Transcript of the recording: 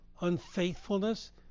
unfaithfulness